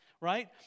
Right